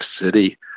City